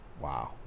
Wow